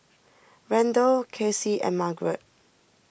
Randall Casey and Margaret